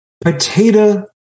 Potato